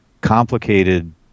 complicated